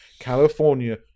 California